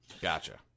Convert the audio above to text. Gotcha